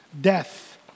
death